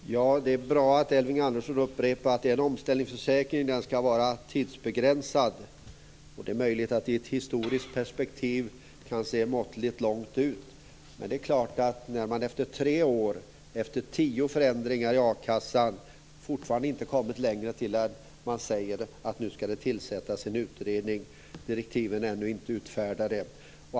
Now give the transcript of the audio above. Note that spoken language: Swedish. Fru talman! Det är bra att Elving Andersson upprepar att det är en omställningsförsäkring och att den skall vara tidsbegränsad. Det är möjligt att det i ett historiskt perspektiv kan se måttligt långt ut. Men efter tre år och tio förändringar i a-kassan har man fortfarande inte kommit längre än att man säger att det skall tillsättas en utredning, och direktiven är ännu inte utfärdade.